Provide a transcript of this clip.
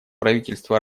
правительство